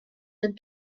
and